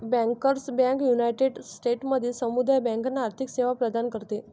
bankers bank united स्टेट्समधील समुदाय बँकांना आर्थिक सेवा प्रदान करते